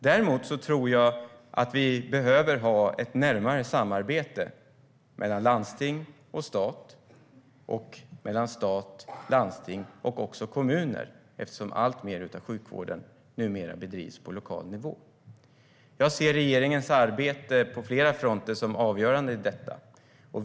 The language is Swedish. Däremot tror jag att vi behöver ha ett närmare samarbete mellan landsting och stat och mellan stat, landsting och kommuner eftersom alltmer av sjukvården numera bedrivs på lokal nivå. Jag ser regeringens arbete på flera fronter som avgörande i detta.